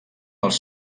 els